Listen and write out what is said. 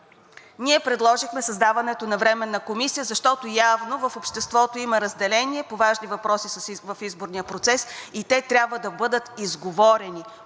ние предложихме създаването на временна комисия, защото явно в обществото има разделение по важни въпроси в изборния процес и те трябва да бъдат изговорени,